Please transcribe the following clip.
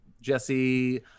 Jesse